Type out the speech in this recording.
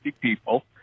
people